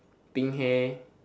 pink hair